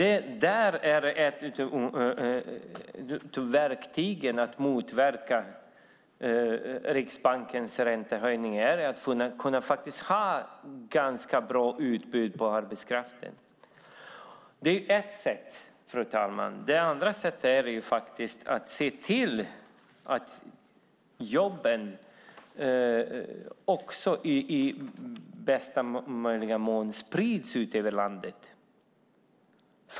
Ett av verktygen för att motverka Riksbankens räntehöjning är att ha ganska bra utbud på arbetskraft. Det är ett sätt, fru talman. Det andra sättet är att se till att jobben i största möjliga mån sprids ut över landet.